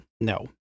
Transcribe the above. No